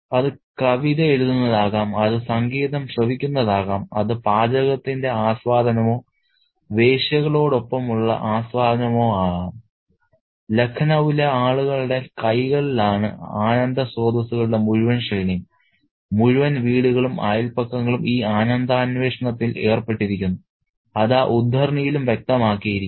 അത് കവിതയെഴുതുന്നതാകാം അത് സംഗീതം ശ്രവിക്കുന്നതാകാം അത് പാചകത്തിന്റെ ആസ്വാദനമോ വേശ്യകളോടൊപ്പമുള്ള ആസ്വാദനമോ ആകാം ലഖ്നൌവിലെ ആളുകളുടെ കൈകളിലാണ് ആനന്ദ സ്രോതസ്സുകളുടെ മുഴുവൻ ശ്രേണിയും മുഴുവൻ വീടുകളും അയൽപക്കങ്ങളും ഈ ആനന്ദാന്വേഷണത്തിൽ ഏർപ്പെട്ടിരിക്കുന്നു അത് ആ ഉദ്ധരണിയിലും വ്യക്തമാക്കിയിരിക്കുന്നു